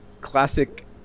classic